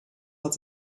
hat